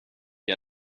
che